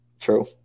True